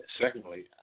secondly